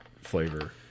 flavor